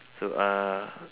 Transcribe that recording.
so uh